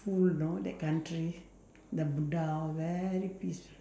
full know that country the Buddha all very peace